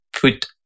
put